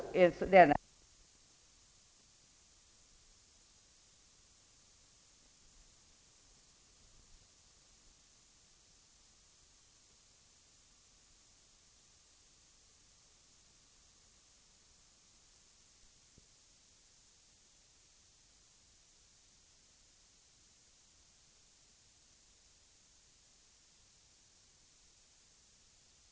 Med dessa ord, herr talman, yrkar jag bifall till utskottets hemställan.